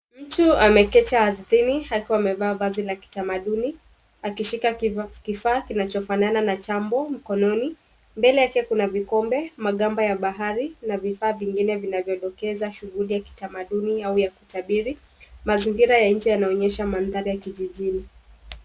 Mtu ameketi ardhini akiwa amevaa vazi la kitamaduni akishika kifaa kinachofanana na chambo mkononi. Mbele yake kuna vikombe, magamba ya bahari na vifaa vingine vinavyodokeza shughuli ya kitamaduni au ya kutabiri. Mazingira ya nje yanaonyesha mandhari ya kijijini.